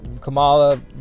Kamala